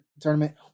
tournament